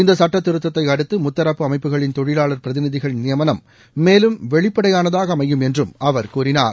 இந்த சுட்டத்திருத்தத்தை அடுத்து முத்தரப்பு அமைப்புகளின் தொழிலாளர் பிரதிநிதிகள் நியமனம் மேலும் வெளிப்படையானதாக அமையும் என்றும் அவர் கூறினார்